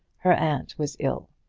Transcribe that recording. her aunt was ill.